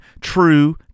true